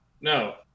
No